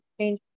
change